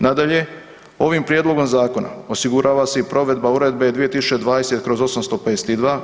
Nadalje, ovim Prijedlogom zakona osigurava se i provedba Uredbe 2020/852 koja dopunjava okvir objava o održivom financiranju koji je uspostavljen Uredbom 2019/2088.